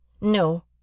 No